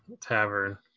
tavern